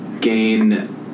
gain